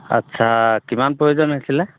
আচ্ছা কিমান প্ৰয়োজন হৈছিলে